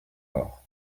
mort